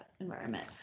environment